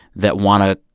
that want to